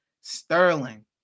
Sterling